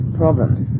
problems